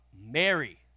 Mary